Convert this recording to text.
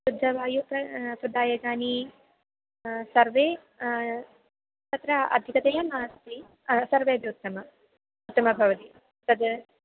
शुद्धवायुः त सु दायकानि सर्वे तत्र अधिकतया नास्ति सर्वेपि उत्तमम् उत्तमं भवति तद्